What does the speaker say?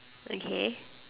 okay